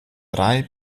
drei